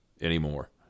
anymore